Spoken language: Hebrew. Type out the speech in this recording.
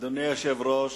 אדוני היושב-ראש,